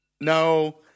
No